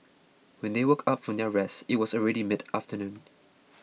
when they woke up from their rest it was already mid afternoon